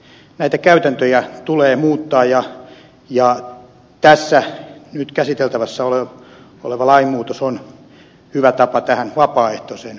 näitä käytäntöjä tulee muuttaa ja tässä nyt käsiteltävänä oleva lainmuutos on hyvä tapa tähän vapaaehtoiseen maasta poistumiseen